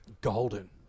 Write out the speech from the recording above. Golden